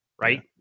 right